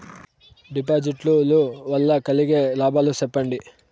డిపాజిట్లు లు వల్ల కలిగే లాభాలు సెప్పండి?